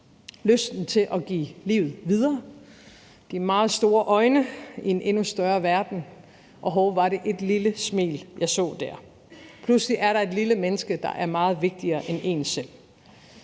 lysten til at give livet videre, de meget store øjne i en endnu større verden, og hov, var det et lille smil, jeg så der? Pludselig er der et lille menneske, der er meget vigtigere end en selv.